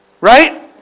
Right